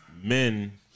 men